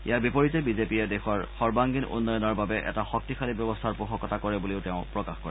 ইয়াৰ বিপৰীতে বিজেপিয়ে দেশৰ সৰ্বঙ্গীন উন্নয়ণৰ বাবে এটা শক্তিশালী ব্যৱস্থাৰ পোষকতা কৰে বুলিও তেওঁ প্ৰকাশ কৰে